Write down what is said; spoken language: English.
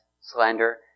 slander